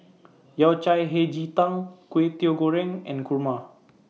Yao Cai Hei Ji Tang Kway Teow Goreng and Kurma